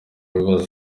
bibazo